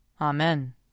Amen